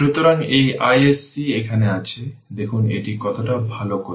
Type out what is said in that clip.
সুতরাং এই iSC এখানে আছে দেখুন এটি কতটা ভাল করবে